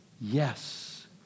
Yes